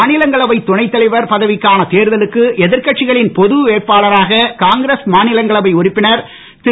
மாநிலங்களவை துணைத்தலைவர் பதவிக்கான தேர்தலுக்கு எதிர்கட்சிகளின் பொது வேட்பாளராக காங்கிரஸ் மாநிலங்களவை உறுப்பினர் திரு